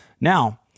Now